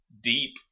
deep